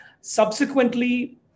Subsequently